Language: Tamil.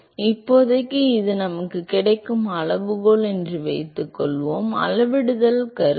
எனவே இப்போதைக்கு இது நமக்குக் கிடைக்கும் அளவுகோல் என்று வைத்துக்கொள்வோம் அளவிடுதல் கருதி